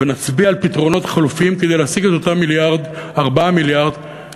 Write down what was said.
ונצביע על פתרונות חלופיים כדי להשיג את אותם 4 מיליארדים,